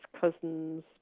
cousins